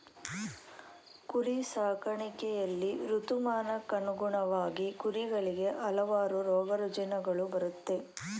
ಕುರಿ ಸಾಕಾಣಿಕೆಯಲ್ಲಿ ಋತುಮಾನಕ್ಕನುಗುಣವಾಗಿ ಕುರಿಗಳಿಗೆ ಹಲವಾರು ರೋಗರುಜಿನಗಳು ಬರುತ್ತೆ